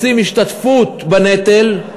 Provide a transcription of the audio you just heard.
רוצים השתתפות בנטל,